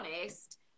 honest